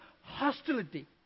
hostility